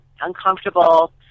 uncomfortable